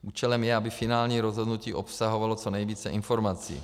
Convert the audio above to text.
Účelem je, aby finální rozhodnutí obsahovalo co nejvíce informací.